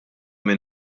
min